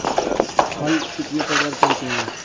हल कितने प्रकार के होते हैं?